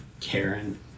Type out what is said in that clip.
karen